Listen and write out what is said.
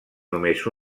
només